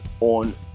on